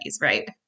right